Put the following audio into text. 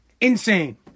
Insane